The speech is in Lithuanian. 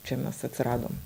čia mes atsiradom